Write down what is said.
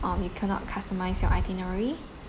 um you cannot customise your itinerary